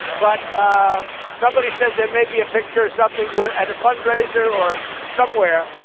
but somebody said there may be a picture or something. we're at a fundraiser or somewhere.